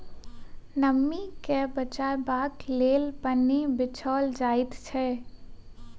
नमीं के बचयबाक लेल पन्नी बिछाओल जाइत छै